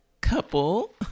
couple